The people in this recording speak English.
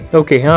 okay